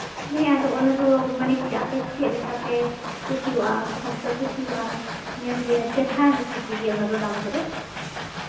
ᱦᱮᱸ ᱟᱫᱚ ᱚᱱᱟᱫᱚ ᱢᱟᱱᱮᱠᱤ ᱟᱯᱮ ᱪᱮᱫ ᱞᱮᱠᱟᱯᱮ ᱠᱩᱥᱤᱜᱼᱟ ᱚᱠᱟ ᱠᱚᱯᱮ ᱠᱩᱥᱤᱭᱟᱜᱼᱟ ᱧᱮᱞ ᱦᱩᱭᱩᱜᱼᱟ ᱪᱮᱦᱨᱟ ᱦᱤᱥᱟᱹᱵᱽ ᱛᱮᱜᱮ ᱚᱱᱟ ᱫᱚ ᱫᱟᱢ ᱠᱚᱫᱚ